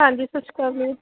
ਹਾਂਜੀ ਸਤਿ ਸ਼੍ਰੀ ਅਕਾਲ ਜੀ